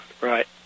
Right